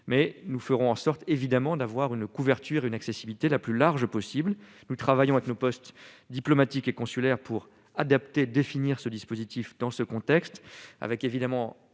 mais nous ferons en sorte évidemment d'avoir une couverture une accessibilité la plus large possible, nous travaillons avec nos postes diplomatiques et consulaires pour adapter définir ce dispositif dans ce contexte, avec évidemment